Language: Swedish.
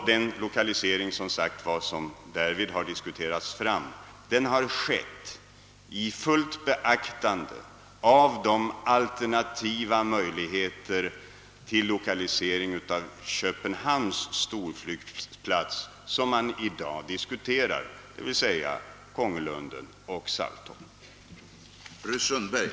Den lokalisering som därvid har diskuterats fram har föreslagits i fullt beaktande av de alternativa möjligheter till lokalisering av Köpenhamns storflygplats som i dag är aktuella, d.v.s. Kongelunden och Saltholm.